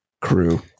crew